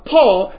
Paul